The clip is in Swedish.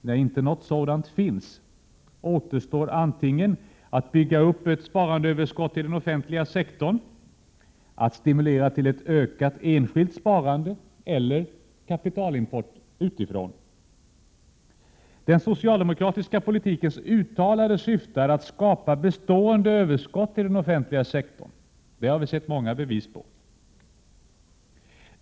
Nu, när något sådant inte finns, återstår antingen att bygga upp ett sparandeöverskott i den offentliga sektorn, att stimulera till ett ökat enskilt sparande eller kapitalimport utifrån. Den socialdemokratiska politikens uttalade syfte är att skapa bestående överskott i den offentliga sektorn. Det har vi fått många bevis på.